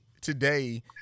today